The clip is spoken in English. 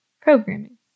programming